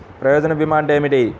ప్రయోజన భీమా అంటే ఏమిటి?